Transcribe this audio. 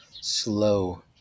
slow